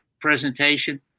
presentation